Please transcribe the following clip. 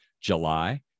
July